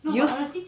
you are